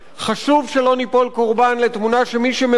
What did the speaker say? חשוב שלא ניפול קורבן לתמונה שמי שמבצע